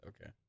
Okay